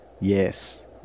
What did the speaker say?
Yes